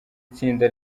itsinda